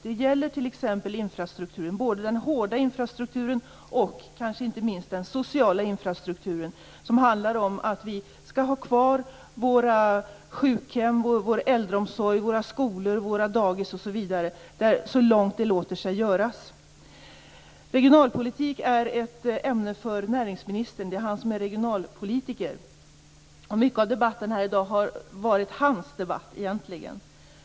Det gäller t.ex. både den hårda infrastrukturen och den sociala infrastrukturen. Det handlar om att vi skall ha kvar våra sjukhem, vår äldreomsorg, våra skolor, våra dagis osv., så långt det går. Regionalpolitik är ett ämne för näringsministern. Det är han som är regionalpolitiker. Mycket av debatten här i dag har egentligen varit hans debatt.